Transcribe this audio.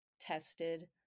tested